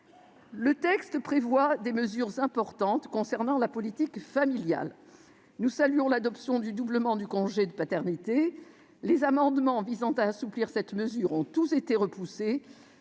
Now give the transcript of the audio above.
Le texte prévoit des mesures importantes concernant la politique familiale. Nous saluons ainsi l'adoption du doublement du congé de paternité. Les amendements visant à assouplir cette mesure ont tous été repoussés.